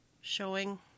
showing